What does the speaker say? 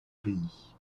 pays